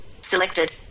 selected